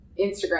Instagram